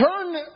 Turn